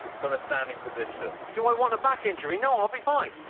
from a standing position. do i want a back injury? no, i'll be fine.